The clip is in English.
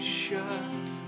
shut